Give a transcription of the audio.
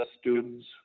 students